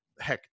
Heck